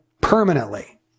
permanently